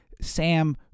Sam